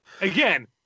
Again